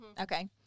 okay